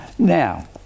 Now